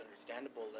understandable